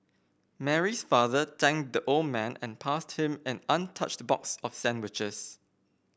Mary's father thanked the old man and passed him an untouched box of sandwiches